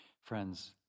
Friends